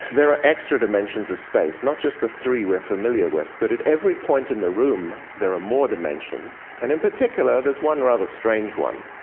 there are extra dimensions of space, not just the three we're familiar with, but at every point in the room there are more dimensions. and in particular, there's one rather strange one,